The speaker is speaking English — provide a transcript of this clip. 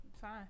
Fine